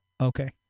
Okay